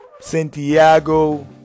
Santiago